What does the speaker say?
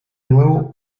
nuevo